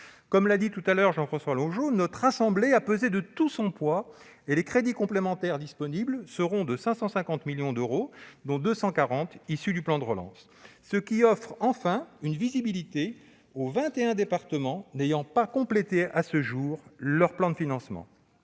Comme l'a souligné Jean-François Longeot, notre assemblée a pesé de tout son poids et les crédits complémentaires disponibles s'élèveront à 550 millions d'euros, dont 240 millions issus du plan de relance, ce qui offre enfin une visibilité aux vingt et un départements n'ayant pas complété à ce jour leur plan de financement.